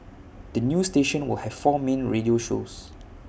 the new station will have four main radio shows